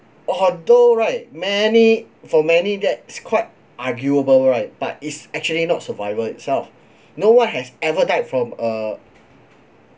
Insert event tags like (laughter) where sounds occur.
although right many for many that's quite arguable right but it's actually not survival itself (breath) no one has ever died from uh